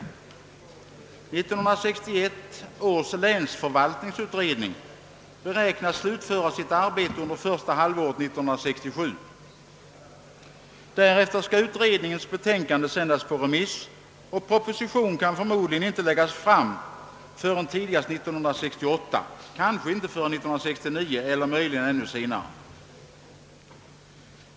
1961 års länsförvaltningsutredning beräknas slutföra sitt arbete under första halvåret 1967. Därefter skall utredningens betänkande sändas på remiss och propositionen kan förmodligen inte läggas fram förrän tidigast 1968, kanske inte förrän 1969 eller möjligen ännu senare.